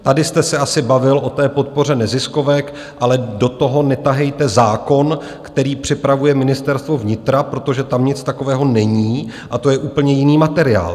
Tady jste se asi bavil o podpoře neziskovek, ale do toho netahejte zákon, který připravuje Ministerstvo vnitra, protože tam nic takového není, to je úplně jiný materiál.